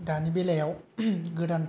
दानि बेलायाव गोदान